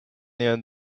near